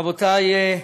רבותי,